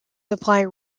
supply